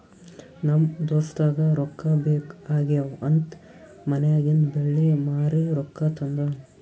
ನಮ್ ದೋಸ್ತಗ ರೊಕ್ಕಾ ಬೇಕ್ ಆಗ್ಯಾವ್ ಅಂತ್ ಮನ್ಯಾಗಿಂದ್ ಬೆಳ್ಳಿ ಮಾರಿ ರೊಕ್ಕಾ ತಂದಾನ್